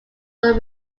were